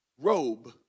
robe